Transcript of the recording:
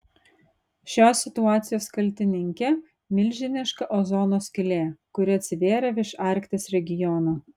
šios situacijos kaltininkė milžiniška ozono skylė kuri atsivėrė virš arkties regiono